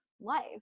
life